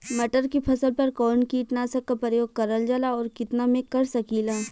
मटर के फसल पर कवन कीटनाशक क प्रयोग करल जाला और कितना में कर सकीला?